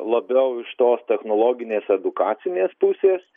labiau iš tos technologinės edukacinės pusės